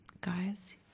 Guys